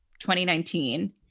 2019